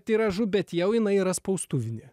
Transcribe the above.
tiražu bet jau jinai yra spaustuvinė